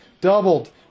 doubled